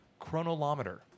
chronolometer